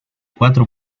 cuatro